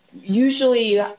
usually